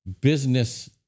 business